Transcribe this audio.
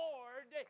Lord